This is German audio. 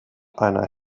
einer